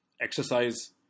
exercise